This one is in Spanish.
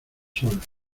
sol